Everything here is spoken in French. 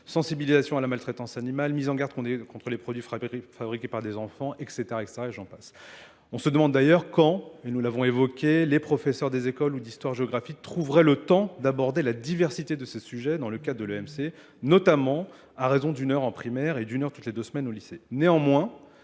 sensibilisation à la maltraitance animale, mise en garde contre les produits fabriqués par des enfants, etc. Et j'en passe. On se demande d'ailleurs quand, et nous l'avons évoqué, les professeurs des écoles ou d'histoire géographique trouveraient le temps d'aborder la diversité de ce sujet dans le cadre de l'EMC, notamment à raison d'une heure en primaire et d'une heure toutes les deux semaines au lycée. Néanmoins,